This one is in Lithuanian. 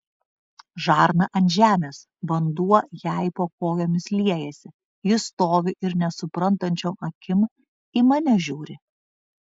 žarna ant žemės vanduo jai po kojomis liejasi ji stovi ir nesuprantančiom akim į mane žiūri